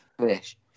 fish